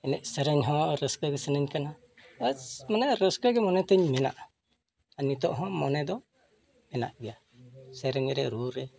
ᱮᱱᱮᱡ ᱥᱮᱨᱮᱧ ᱦᱚᱸ ᱨᱟᱹᱥᱠᱟᱹ ᱜᱮ ᱥᱟᱱᱟᱧ ᱠᱟᱱᱟ ᱠᱟᱱᱟ ᱟᱨ ᱢᱟᱱᱮ ᱨᱟᱹᱥᱠᱟᱹ ᱛᱮ ᱢᱚᱱᱮ ᱛᱤᱧ ᱢᱮᱱᱟᱜᱼᱟ ᱟᱨ ᱱᱤᱛᱚᱜ ᱦᱚᱸ ᱢᱚᱱᱮ ᱫᱚ ᱢᱮᱱᱟᱜ ᱜᱮᱭᱟ ᱥᱮᱨᱮᱧ ᱨᱮ ᱨᱩ ᱨᱮ